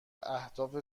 اهداف